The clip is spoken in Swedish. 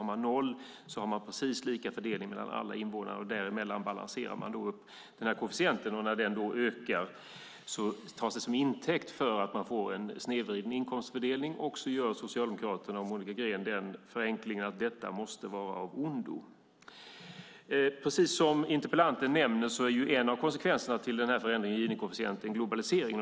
Är den noll är det precis lika fördelning mellan alla invånare. Däremellan balanserar man koefficienten. När den då ökar tas det som intäkt för att man får en snedvriden inkomstfördelning, och då gör Socialdemokraterna och Monica Green förenklingen att detta måste vara av ondo. Precis som interpellanten nämner är en av konsekvenserna till förändringen i ginikoefficienten globaliseringen.